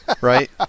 right